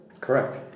Correct